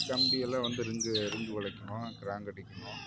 கம்பி எல்லாம் வந்து ரிங்கு ரிங்கு வளைக்கணும் கிராங்க் அடிக்கணும்